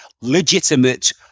legitimate